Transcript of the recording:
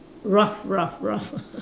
rough rough rough